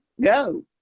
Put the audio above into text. go